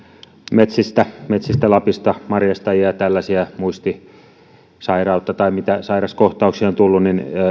metsistä metsistä lapista kadonneita ihmisiä marjastajia ja tällaisia muistisairaita tai sellaisia jos sairauskohtauksia on tullut